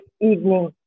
evening